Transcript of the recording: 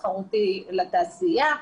תחרות לתעשייה,